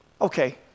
Okay